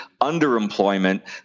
underemployment